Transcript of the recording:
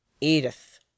Edith